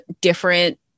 different